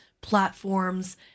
platforms